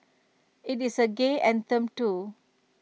IT is A gay anthem too